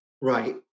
right